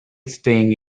staying